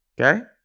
okay